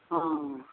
ହଁ